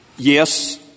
Yes